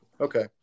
Okay